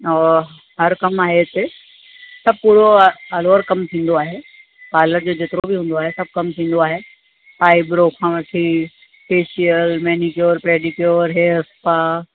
ओ हर कम आहे हिते त पूरो आल ऑवर कमु थींदो आहे पर्लर जो जेतिरो बि हूंदो आहे सभु कमु थींदो आहे आइब्रो खां वठी facial manicure pedicure hair spa